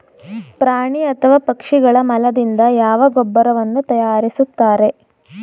ಪ್ರಾಣಿ ಅಥವಾ ಪಕ್ಷಿಗಳ ಮಲದಿಂದ ಯಾವ ಗೊಬ್ಬರವನ್ನು ತಯಾರಿಸುತ್ತಾರೆ?